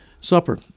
supper